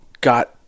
got